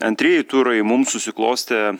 antrieji turai mums susiklostė